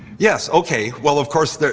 yes, okay. well, of course,